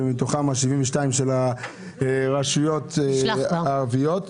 מתוכם ה-72 רשויות ערביות.